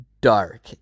dark